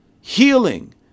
healing